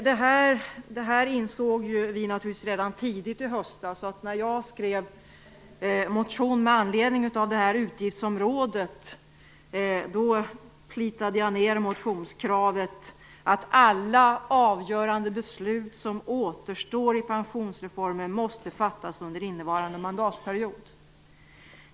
Det insåg vi redan tidigt i höstas. När jag skrev motion med anledning av detta utgiftsområde plitade jag ned motionskravet att alla avgörande beslut som återstår i pensionsreformen måste fattas under innevarande mandatperiod.